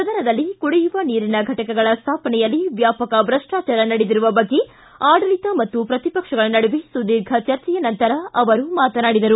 ಸದನದಲ್ಲಿ ಕುಡಿಯುವ ನೀರಿನ ಘಟಕಗಳ ಸ್ಥಾಪನೆಯಲ್ಲಿ ವ್ಯಾಪಕ ಭ್ರಷ್ಟಾಚಾರ ನಡೆದಿರುವ ಬಗ್ಗೆ ಆಡಳಿತ ಮತ್ತು ಪ್ರತಿಪಕ್ಷಗಳ ನಡುವೆ ಸುದೀರ್ಘ ಚರ್ಚೆಯ ನಂತರ ಅವರು ಮಾತನಾಡಿದರು